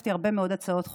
כתבתי הרבה מאוד הצעות חוק,